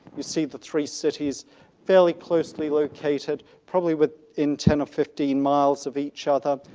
you see the three cities fairly closely located, probably with in ten or fifteen miles of each other.